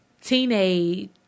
teenage